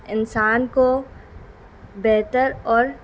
انسان کو بہتر اور